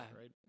right